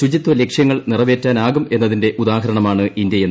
ശുചിത്വ ലക്ഷ്യങ്ങൾ നിറവേറ്റാനാകുമെന്നതിന്റെ ഉദാഹരണമാണ് ഇന്ത്യയെന്ന് യു